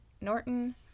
Norton